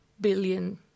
billion